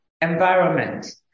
environment